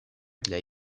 для